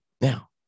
Now